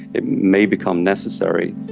it may become necessary.